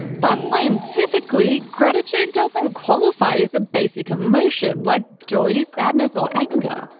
but scientifically, gratitude doesn't qualify as a basic emotion like joy, sadness or anger.